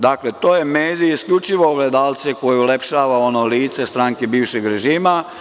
Dakle, to je medij isključivo ogledalce koje ulepšava ono lice stranke bivšeg režima.